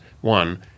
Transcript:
one